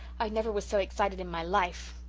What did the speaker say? i never was so excited in my life.